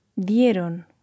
dieron